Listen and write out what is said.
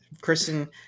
Kristen